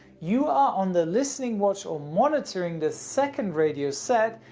you are on the listening watch or monitoring the second radio set,